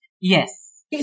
Yes